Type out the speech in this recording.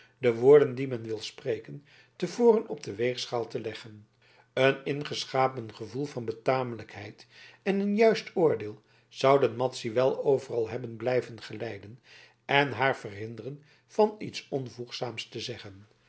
de woorden die men wil spreken te voren op de weegschaal te leggen een ingeschapen gevoel van betamelijkheid en een juist oordeel zouden madzy wel overal hebben blijven geleiden en haar verhinderen van iets onvoegzaams te zeggen